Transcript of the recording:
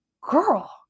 girl